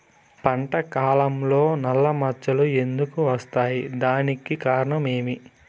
పంట కాలంలో నల్ల మచ్చలు ఎందుకు వస్తాయి? దానికి కారణం ఏమి?